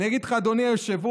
אני אגיד לך, אדוני היושב-ראש,